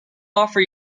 offer